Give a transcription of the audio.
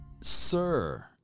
Sir